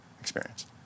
experience